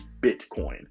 Bitcoin